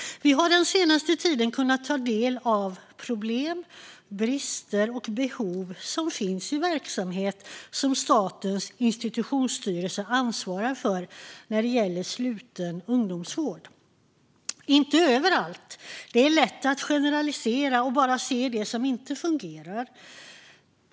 Vi har den senaste tiden kunnat ta del av problem, brister och behov som finns i verksamhet med sluten ungdomsvård som Statens institutionsstyrelse ansvarar för. Det gäller dock inte överallt; det är lätt att generalisera och bara se det som inte fungerar.